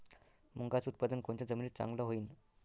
मुंगाचं उत्पादन कोनच्या जमीनीत चांगलं होईन?